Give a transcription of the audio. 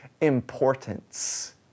importance